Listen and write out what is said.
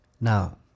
Now